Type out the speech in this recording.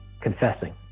confessing